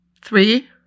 Three